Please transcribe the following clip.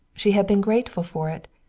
she had been grateful for it.